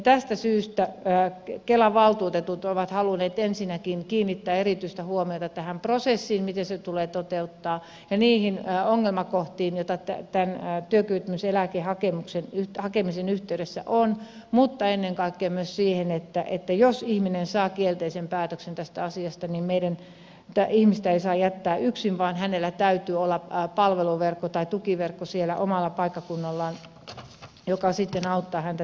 tästä syystä kelan valtuutetut ovat halunneet kiinnittää erityistä huomiota ensinnäkin tähän prosessiin miten se tulee toteuttaa ja niihin ongelmakohtiin joita tämän työkyvyttömyyseläkkeen hakemisen yhteydessä on mutta ennen kaikkea myös siihen että jos ihminen saa kielteisen päätöksen tästä asiasta niin tätä ihmistä ei saa jättää yksin vaan hänellä täytyy olla palveluverkko tai tukiverkko siellä omalla paikkakunnallaan joka sitten auttaa häntä tässä asiassa